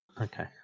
Okay